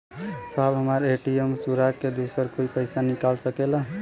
साहब हमार ए.टी.एम चूरा के दूसर कोई पैसा निकाल सकेला?